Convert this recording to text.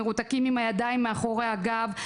מרותקים עם הידיים מאחורי הגב,